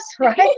right